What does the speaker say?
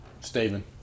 Stephen